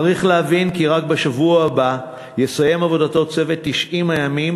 צריך להבין כי רק בשבוע הבא יסיים את עבודתו צוות 90 הימים